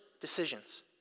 decisions